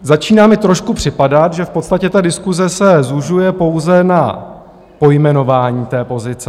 Začíná mi trošku připadat, že v podstatě se diskuse zužuje pouze na pojmenování té pozice.